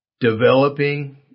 developing